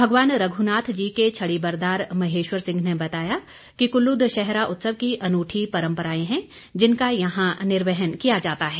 भगवान रघुनाथ जी के छड़ीबरदार महेश्वर सिंह ने बताया कि कुल्लू दशहरा उत्सव की अनूठी परम्पराएं हैं जिनका यहां निर्वहन किया जाता है